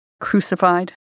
crucified